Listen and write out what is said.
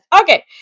okay